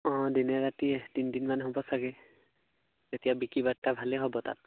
অঁ দিনে ৰাতি তিনিদিনমান হ'ব চাগে যেতিয়া বিক্ৰী বাত্তা ভালেই হ'ব তাত